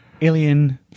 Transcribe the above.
Alien